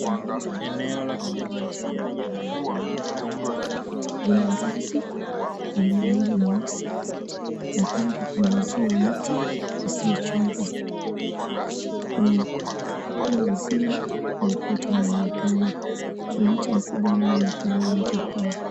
Kuna jumba la kifahari linaloonekana lenye rangi nyeupe. Lina ngazi yenye rangi nyeusi na kando kuna uzio wa miti usiochongwa. Kuna pia uzio wa ukuta unaoonekana. Kuna mti mkubwa unaoonekana nje pia.